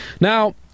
Now